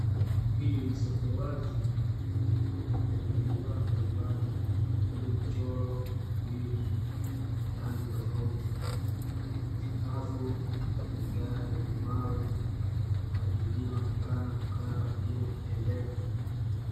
Hili ni soko wazi lenye bidhaa mbali mbali kama vile michoro begi rangi tofauti. Sakafu ina vigae vya mawe watu wengine wanaonekana kukaa wengine wakitembea.